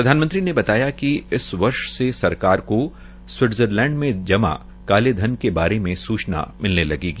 प्रधानमंत्री ने बताया कि इस वर्ष से सरकार को सिवटजरलैंड में जाम काले धन के बारे सुचना मिलने लगेगी